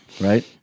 Right